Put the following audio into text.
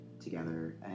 together